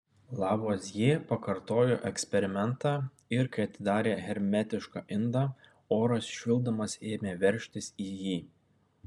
lavuazjė pakartojo eksperimentą ir kai atidarė hermetišką indą oras švilpdamas ėmė veržtis į jį